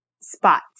spots